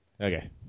Okay